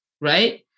right